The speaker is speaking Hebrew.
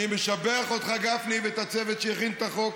אני משבח אותך, גפני, ואת הצוות שהכין את החוק,